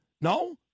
No